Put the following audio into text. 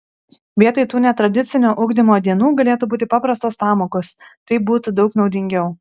vietoj tų netradicinio ugdymo dienų galėtų būti paprastos pamokos taip būtų daug naudingiau